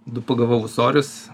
du pagavau ūsorius